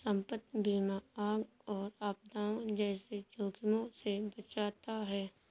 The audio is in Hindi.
संपत्ति बीमा आग और आपदाओं जैसे जोखिमों से बचाता है